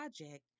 project